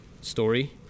story